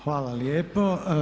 Hvala lijepo.